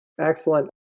Excellent